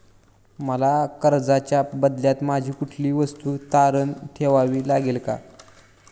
मला कर्जाच्या बदल्यात माझी कुठली वस्तू तारण ठेवावी लागेल का?